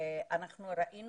ראינו